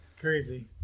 Crazy